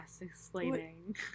explaining